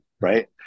right